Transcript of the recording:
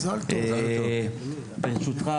ברשותך,